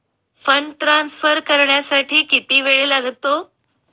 Fund transfer करण्यासाठी किती वेळ लागतो?